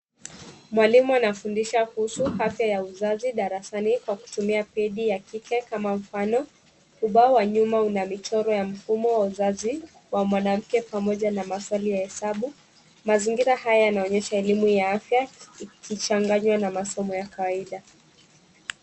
Mwalimu anafundisha kuhusu afya ya uzazi darasani kwa kitumia pedi ya kike kama mfano, ubao wa nyuma una michoro ya mfumo ya uzazi wa mwanamke pamoja na maswali ya hesabu. Mazingira haya yanaonyesha elimu ya afya ikichanganywa na masomo ya kawaida.